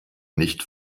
nicht